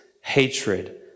hatred